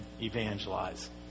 evangelize